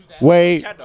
wait